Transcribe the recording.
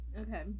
okay